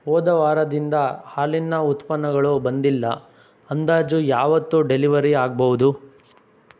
ಹೋದ ವಾರದಿಂದ ಹಾಲಿನ ಉತ್ಪನ್ನಗಳು ಬಂದಿಲ್ಲ ಅಂದಾಜು ಯಾವತ್ತು ಡೆಲಿವರಿ ಆಗ್ಬೌದು